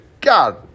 God